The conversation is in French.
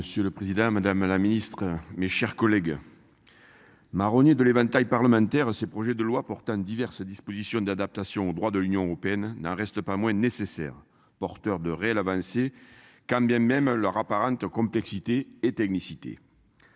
Monsieur le Président Madame la Ministre, mes chers collègues. Marronnier de l'éventail parlementaire ces projets de loi portant diverses dispositions d'adaptation au droit de l'Union européenne n'en reste pas moins nécessaire porteur de réelles avancées. Quand bien même leur apparente complexité et technicité.